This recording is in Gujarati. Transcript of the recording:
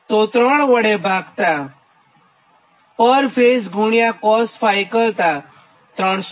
તો ૩વડે ભાગતાં પર ફેઝ ગુણ્યા cos𝜑 કરતાં 30030